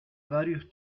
varios